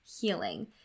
healing